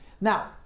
Now